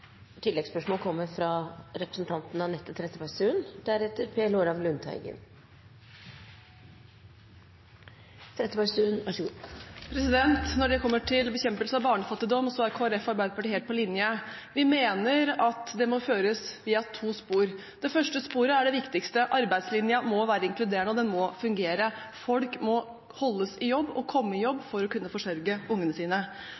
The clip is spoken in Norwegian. Anette Trettebergstuen – til oppfølgingsspørsmål. Når det kommer til bekjempelse av barnefattigdom, er Kristelig Folkeparti og Arbeiderpartiet helt på linje. Vi mener at den må føres via to spor. Det første sporet er det viktigste, arbeidslinja må være inkluderende, og den må fungere. Folk må holdes i jobb og komme i jobb for å kunne forsørge ungene sine.